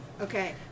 Okay